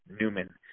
Newman